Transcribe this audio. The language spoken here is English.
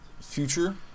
future